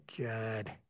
god